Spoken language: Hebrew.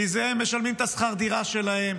מזה הם משלמים את שכר הדירה שלהם,